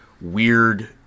weird